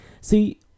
See